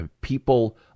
people